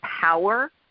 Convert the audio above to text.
power